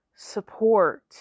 support